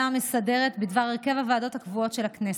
המסדרת בדבר הרכב הוועדות הקבועות של הכנסת.